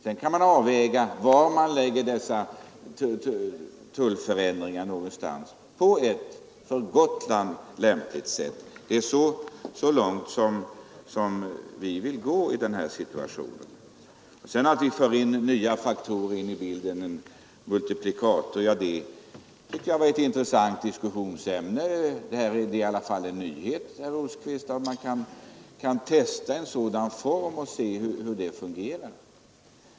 Sedan kan man avväga var någonstans man skall lägga dessa tullförändringar på ett för Gotland lämpligt sätt. Det är så långt jag vill gå i det avseendet. Jag för in nya faktorer i bilden, en multiplikator, och det tycker jag är ett intressant diskussionsämne. Det är i alla fall en nyhet, herr Rosqvist, och man borde kunna testa en sådan form och undersöka hur det fungerar.